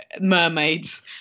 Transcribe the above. mermaids